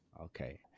okay